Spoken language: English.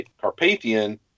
Carpathian